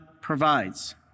provides